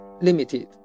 limited